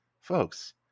Folks